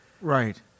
Right